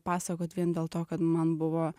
pasakot vien dėl to kad man buvo